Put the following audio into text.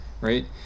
right